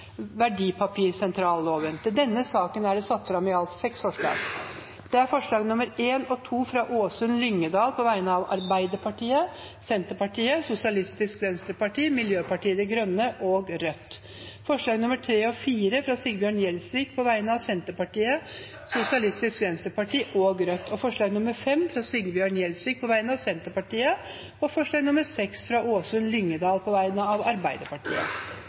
varslet støtte til forslaget. Under debatten er det satt fram i alt seks forslag. Det er forslagene nr. 1 og 2, fra Åsunn Lyngedal på vegne av Arbeiderpartiet, Senterpartiet, Sosialistisk Venstreparti, Miljøpartiet De Grønne og Rødt forslagene nr. 3 og 4, fra Sigbjørn Gjelsvik på vegne av Senterpartiet, Sosialistisk Venstreparti og Rødt forslag nr. 5, fra Sigbjørn Gjelsvik på vegne av Senterpartiet forslag nr. 6, fra Åsunn Lyngedal på vegne av